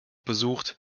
besucht